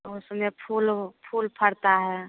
तो उसमें फूल वो फूल फरता है